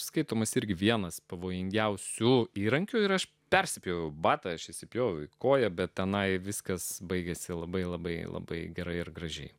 skaitomas ir vienas pavojingiausių įrankių ir aš perspėju batą aš įsipjoviau koją bet tenai viskas baigiasi labai labai labai gerai ir gražiai